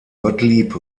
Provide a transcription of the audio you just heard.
gottlieb